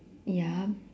ya